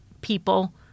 people